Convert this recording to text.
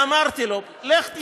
ואמרתי לו: לך תיסע,